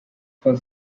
for